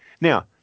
Now